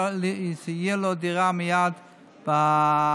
תהיה לו דירה מייד במקום.